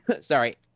Sorry